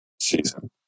season